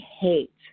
hate